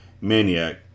Maniac